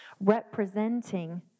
representing